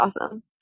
awesome